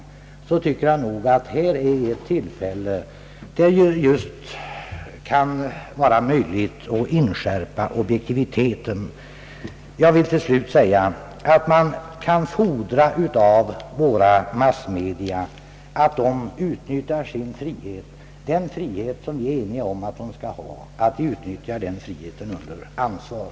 Här är ett tillfälle till aktivitet, ett tillfälle att inskärpa vikten av objektivitet. Jag vill till sist säga, att man kan fordra av våra massmedia att de utnyttjar sin frihet — den frihet som vi är eniga om att de skall ha — under ansvar.